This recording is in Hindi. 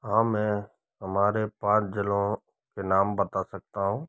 हाँ मैं हमारे पाँच जिलों के नाम बता सकता हूँ